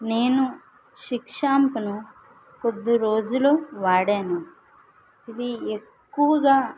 నేను షిక్ షాంపూ ను కొద్ది రోజులు వాడాను ఇది ఎక్కువగా